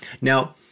Now